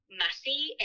messy